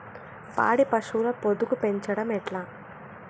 పాడి పశువుల పొదుగు పెంచడం ఎట్లా?